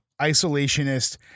isolationist